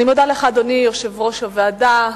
אני מודה לך, אדוני יושב-ראש הוועדה.